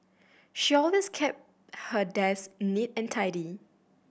she always keeps her desk neat and tidy